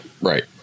Right